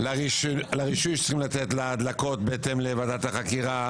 לרישוי שצריכים לתת להדלקות בהתאם לוועדת החקירה,